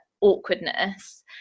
awkwardness